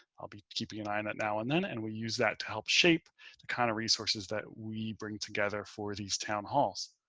i'll be keeping an eye on and that now. and then, and we use that to help shape the kind of resources that we bring together for these town halls.